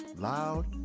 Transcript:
loud